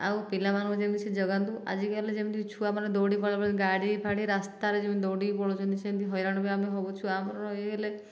ଆଉ ପିଲାମାନଙ୍କୁ ଯେମିତି ସେ ଜଗନ୍ତୁ ଆଜିକାଲି ଯେମିତି ଛୁଆମାନେ ଦୌଡ଼ି ଗାଡ଼ି ଫାଡ଼ି ରାସ୍ତାରେ ଯେମିତି ଦୌଡ଼ିକି ପଳାଉଛନ୍ତି ସେମିତି ହଇରାଣ ବି ଆମେ ହେଉଛୁ ଛୁଆ ଆମର ଇଏ ହେଲେ